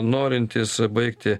norintys baigti